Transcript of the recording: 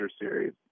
series